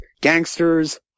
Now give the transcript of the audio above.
gangsters